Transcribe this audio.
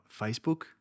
Facebook